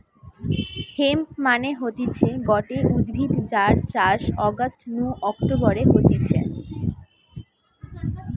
hemp মানে হতিছে গটে উদ্ভিদ যার চাষ অগাস্ট নু অক্টোবরে হতিছে